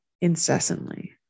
incessantly